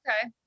Okay